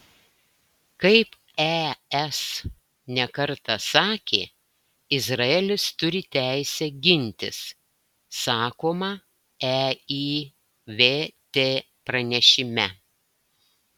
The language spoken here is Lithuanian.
kaip es ne kartą sakė izraelis turi teisę gintis sakoma eivt pranešime